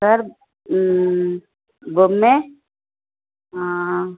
sir బొమ్మె